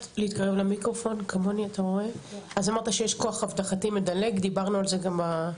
אז אמרת שיש כוח אבטחתי מדלג, דיברנו על זה גם.